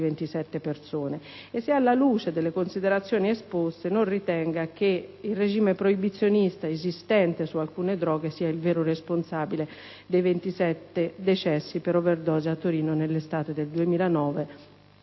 27 persone, e se, alla luce delle considerazioni esposte, non ritenga che il regime proibizionista esistente su alcune droghe sia il vero responsabile dei 27 decessi per overdose a Torino nell'estate del 2009